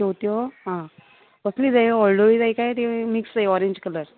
शेंवत्यो आं कसली जाय वोलडुवीं जाय काय ती मिक्स जाय ऑरेंज कलर